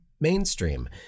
mainstream